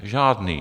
Žádný.